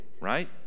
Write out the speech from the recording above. right